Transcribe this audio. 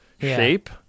shape